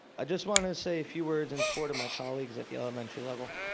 i just wanted to say few words in support of my colleagues at the elementary level.